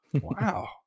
Wow